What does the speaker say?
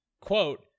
quote